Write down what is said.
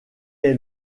est